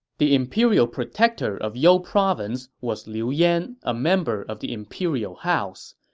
the imperial protector of you province was liu yan, a member of the imperial house.